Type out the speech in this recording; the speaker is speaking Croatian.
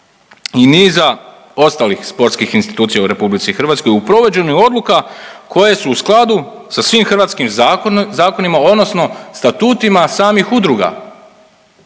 i niza ostalih sportskih institucija u RH u provođenju odluka koje su u skladu sa svim hrvatskim zakonima odnosno statutima samih udruga.